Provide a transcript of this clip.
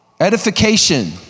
Edification